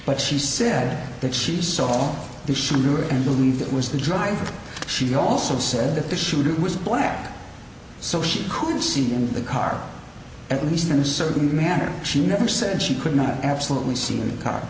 but she said that she saw the sure and believe that was the driver she also said that the shooter was black so she could see in the car at least in a certain manner she never said she could not absolutely see a car